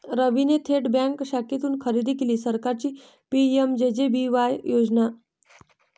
रवीने थेट बँक शाखेतून खरेदी केली सरकारची पी.एम.जे.जे.बी.वाय योजना